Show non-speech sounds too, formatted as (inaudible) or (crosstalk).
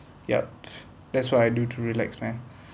yup (noise) that's what I do to relax man